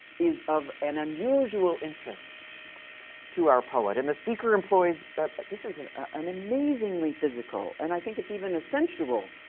is of an unusual interest to our poet. and the speaker employs but this is an an amazingly physical, and i think it's even a sensual,